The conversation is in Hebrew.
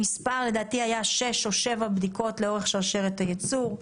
לדעתי המספר היה שש או שבע בדיקות לאורך שרשרת הייצור,